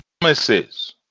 promises